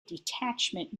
detachment